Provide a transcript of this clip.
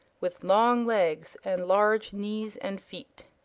with long legs and large knees and feet.